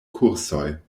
kursoj